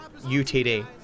UTD